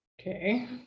okay